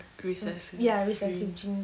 recessive gene